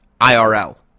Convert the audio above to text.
IRL